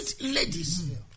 ladies